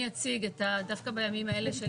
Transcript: דווקא בימים האלה,